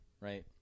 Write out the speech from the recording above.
right